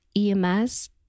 EMS